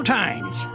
times